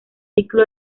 ciclo